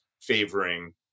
favoring